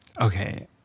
okay